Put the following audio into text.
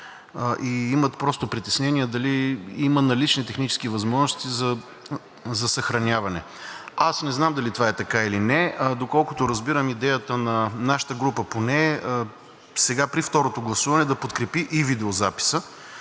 и имат просто притеснения дали има налични технически възможности за съхраняване. Аз не знам дали това е така или не. Доколкото разбирам, поне идеята на нашата група е при второто гласуване да подкрепи видеозаписа,